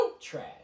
Trash